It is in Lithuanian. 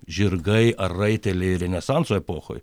žirgai ar raiteliai renesanso epochoje